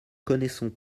connaissons